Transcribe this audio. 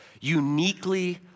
uniquely